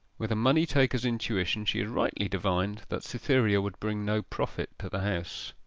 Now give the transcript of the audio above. with a money-taker's intuition she had rightly divined that cytherea would bring no profit to the house.